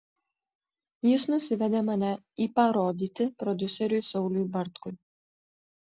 jis nusivedė mane į parodyti prodiuseriui sauliui bartkui